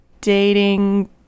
dating